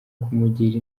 kumugira